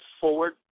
forward